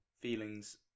feelings